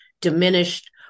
diminished